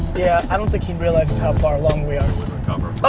yeah, i don't think he realizes how far along we are. oh.